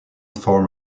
form